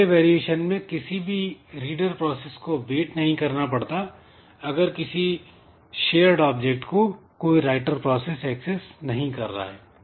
पहले वेरिएशन में किसी भी रीडर प्रोसेस को वेट नहीं करना पड़ता अगर किसी शेयर्ड ऑब्जेक्ट को कोई राइटर प्रोसेस एक्सेस नहीं कर रहा है